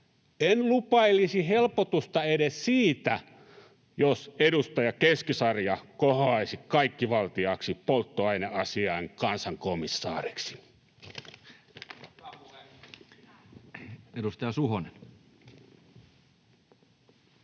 En lupailisi helpotusta edes siitä, jos edustaja Keskisarja kohoaisi kaikkivaltiaaksi polttoaineasiain kansankomissaariksi. Edustaja Suhonen.